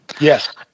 Yes